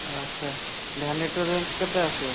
ଆଚ୍ଛା ଭ୍ୟାନିଟିର ରେଞ୍ଜ କେତେ ଆସିବ